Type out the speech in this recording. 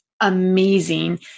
amazing